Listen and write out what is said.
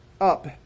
up